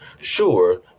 sure